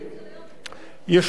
יש לא מעט